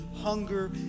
hunger